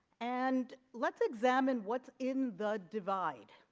and let's examine what's in the divide